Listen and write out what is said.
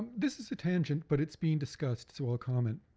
this is a tangent but it's being discussed so i'll comment.